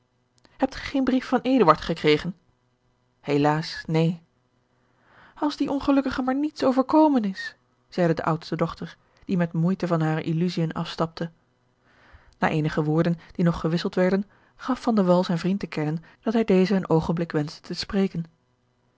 geen brief van eduard gekregen helaas neen als dien ongelukkige maar niets overkomen is zeide de oudste dochter die met moeite van hare illusiën afstapte na eenige woorden die nog gewisseld werden gaf van de wall zijn vriend te kennen dat hij dezen een oogenblik wenschte te spreken